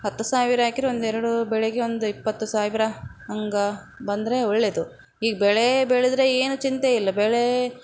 ಹತ್ತು ಸಾವಿರ ಎಕರೆ ಒಂದೆರಡು ಬೆಳೆಗೆ ಒಂದು ಇಪ್ಪತ್ತು ಸಾವಿರ ಹಂಗೆ ಬಂದರೆ ಒಳ್ಳೆಯದು ಈಗ ಬೆಳೆ ಬೆಳೆದರೆ ಏನೂ ಚಿಂತೆ ಇಲ್ಲ ಬೆಳೆ